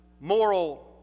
moral